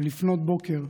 ולפנות בוקר,